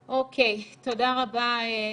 אוקיי, תודה רבה, ידידיה.